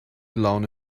laune